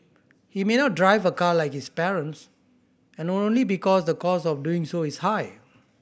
he may not drive a car like his parents and not only because the cost of doing so is high